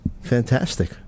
Fantastic